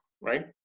right